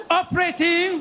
operating